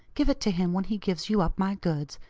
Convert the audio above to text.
give it to him when he gives you up my goods,